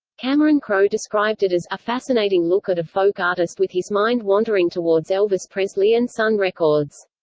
cameron crowe described it as a fascinating look at a folk artist with his mind wandering towards elvis presley and sun records.